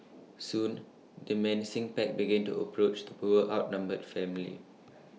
soon the menacing pack began to approach the poor outnumbered family